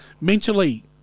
Mentally